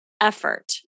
effort